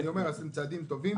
עשיתם צעדים טובים.